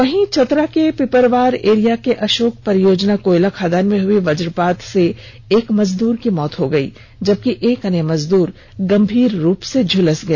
वहीं चतरा के पिपरवार एरिया के अशोक परियोजना कोयला खदान में हई वज्रपात से एक मजदूर की मौत हो गई जबकि एक अन्य मजदूर गंभीर रूप से घायल हो गया